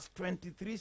23